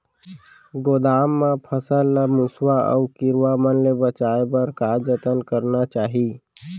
गोदाम मा फसल ला मुसवा अऊ कीरवा मन ले बचाये बर का जतन करना चाही?